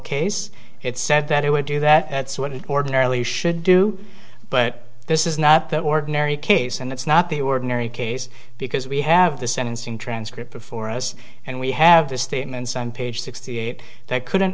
case it said that it would do that it's what it ordinarily should do but this is not the ordinary case and it's not the ordinary case because we have the sentencing transcript for us and we have the statements on page sixty eight that couldn't